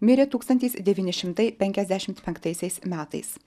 mirė tūkstantis devyni šimtai penkiasdešimt penktaisiais metais